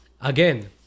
Again